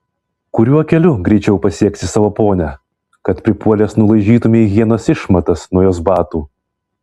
kuriuo keliu greičiau pasieksi savo ponią kad pripuolęs nulaižytumei hienos išmatas nuo jos batų